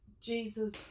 Jesus